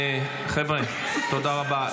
--- חבר'ה, תודה רבה.